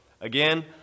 again